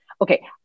Okay